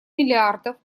миллиардов